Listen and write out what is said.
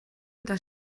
eta